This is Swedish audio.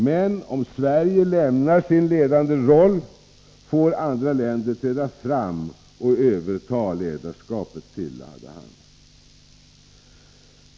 Men om Sverige lämnar sin ledande roll får andra länder träda fram och överta ledarskapet, tillade han.